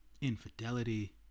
infidelity